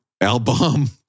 Album